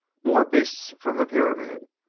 more beasts from the pyramid.